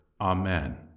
Amen